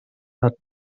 hat